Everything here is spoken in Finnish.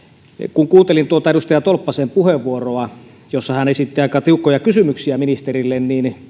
kun kuuntelin tuota edustaja tolppasen puheenvuoroa jossa hän esitti aika tiukkoja kysymyksiä ministerille